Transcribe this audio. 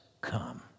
come